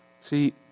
See